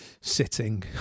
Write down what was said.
sitting